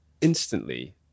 Instantly